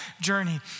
journey